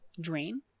drain